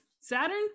Saturn